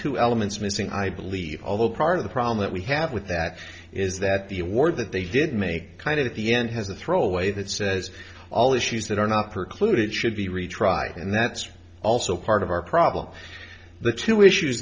two elements missing i believe although part of the problem that we have with that is that the award that they did make kind of at the end has a throwaway that says all issues that are not preclude it should be retried and that's also part of our problem the two issues